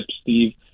Steve